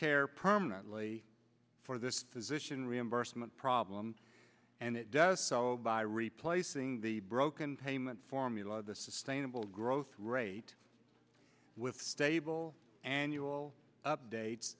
care permanently for this physician reimbursement problem and it does so by replacing the broken payment formula the sustainable growth rate with stable annual updates